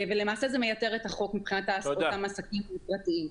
כך זה מייתר את החוק מבחינת אותם עסקים פרטיים.